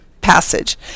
passage